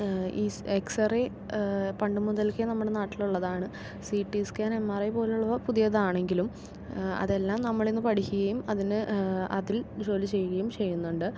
ഈ എക്സറേ പണ്ടുമുതൽക്കേ നമ്മുടെ നാട്ടിലുള്ളതാണ് C T scan M R I പോലുള്ളവ പുതിയതാണെങ്കിലും അതെല്ലാം നമ്മൾ ഇന്ന് പഠിക്കുകയും അതിനു അതിൽ ജോലി ചെയ്യുകയും ചെയ്യുന്നുണ്ട്